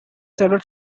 several